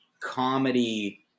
comedy